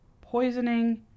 poisoning